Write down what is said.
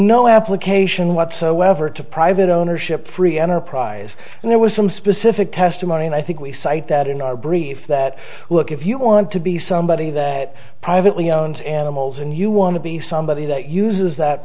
no application whatsoever to private ownership free enterprise and there was some specific testimony and i think we cite that in our brief that look if you want to be somebody that privately owned animals and you want to be somebody that uses that